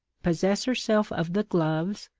possess herself of the gloves,